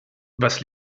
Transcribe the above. was